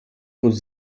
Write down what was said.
würde